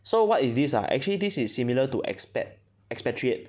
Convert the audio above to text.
so what is this ah actually this is similar to expat expatriate